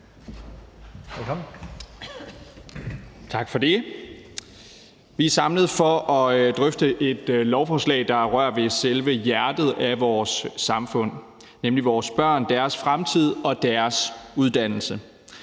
(DF): Tak for det. Vi er samlet for at drøfte et lovforslag, der rører ved selve hjertet af vores samfund, nemlig vores børn, deres fremtid og deres uddannelse.